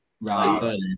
right